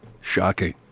Shocking